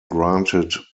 granted